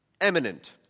Eminent